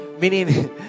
Meaning